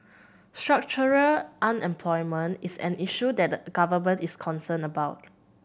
structural unemployment is an issue that the Government is concerned about